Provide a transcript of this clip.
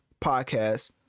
podcast